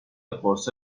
قرص